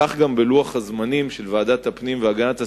כך גם בלוח הזמנים של ועדת הפנים והגנת הסביבה,